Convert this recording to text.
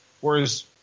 Whereas